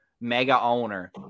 mega-owner